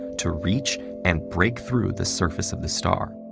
to reach and break through the surface of the star.